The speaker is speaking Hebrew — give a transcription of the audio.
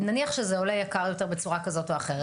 ונניח שזה עולה יקר יותר בצורה כזאת או אחרת